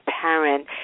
parent